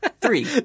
Three